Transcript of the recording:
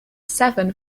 seven